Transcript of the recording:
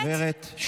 גברת,